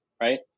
right